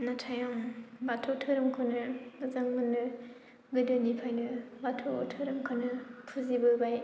नाथाइ आं बाथौ धोरोमखौनो मोजां मोनो गोदोनिफ्रायनो बाथौ धोरोमखौनो फुजिबोबाय